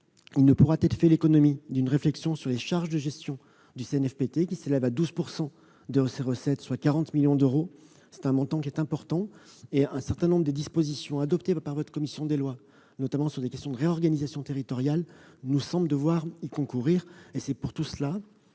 ne pourra faire l'économie d'une réflexion sur les charges de gestion du CNFPT, qui s'élèvent à 12 % de ses recettes, soit 40 millions d'euros. Ce montant est important. Un certain nombre des dispositions adoptées par votre commission des lois, notamment en matière de réorganisation territoriale, nous semblent devoir concourir à cette